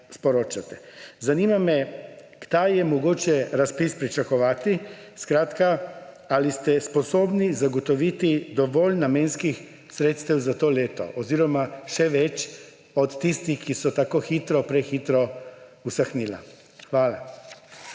sporočate. Zanima me: Kdaj je mogoče razpis pričakovati? Ali ste sposobni zagotoviti dovolj namenskih sredstev za to leto oziroma še več od tistih, ki so tako hitro, prehitro usahnila? Hvala.